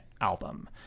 album